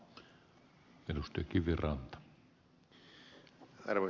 arvoisa puhemies